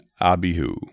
Abihu